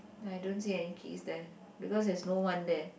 I don't see any keys there because there's no one there